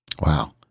Wow